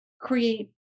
create